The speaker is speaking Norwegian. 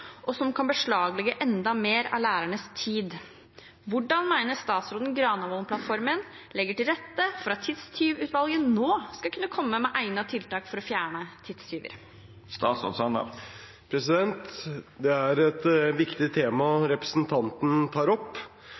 og som kan beslaglegge enda mer av lærernes tid. Hvordan mener statsråden Granavolden-plattformen legger til rette for at Tidstyvutvalget nå skal kunne komme med egne tiltak for å fjerne tidstyver?» Det er et viktig tema representanten tar opp.